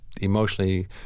emotionally